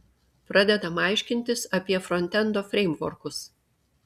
pradedam aiškintis apie frontendo freimvorkus